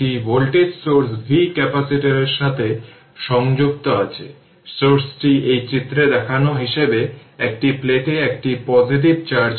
এবং শুধুমাত্র চিহ্ন বা চিহ্নের দিকে তাকান অনুগ্রহ করে দেখুন ফ্লো এর দিকের চিহ্নটি